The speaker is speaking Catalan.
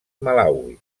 malawi